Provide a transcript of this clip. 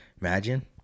imagine